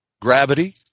gravity